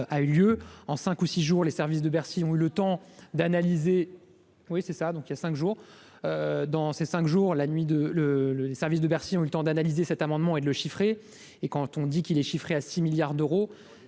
la nuit, de le le les services de Bercy ont le temps d'analyser cet amendement et de le chiffrer et quand on dit qu'il est chiffré à 6 milliards d'euros,